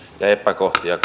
ja ja epäkohtia